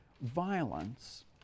violence